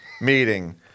meeting